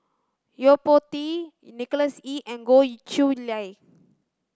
Yo Po Tee Nicholas Ee and Goh Chiew Lye